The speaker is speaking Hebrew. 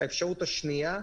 האפשרות השנייה,